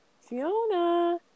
Fiona